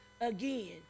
again